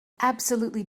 absolutely